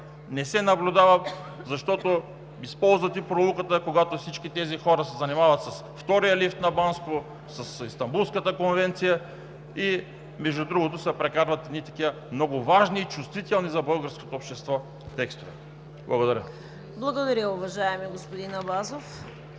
не се наблюдава, защото използвате пролуката, когато всички тези хора се занимават с втория лифт на Банско, с Истанбулската конвенция и, между другото, се прокарват едни такива много важни и чувствителни за българското общество текстове. Благодаря. ПРЕДСЕДАТЕЛ ЦВЕТА КАРАЯНЧЕВА: Благодаря, уважаеми господин Абазов.